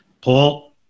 Paul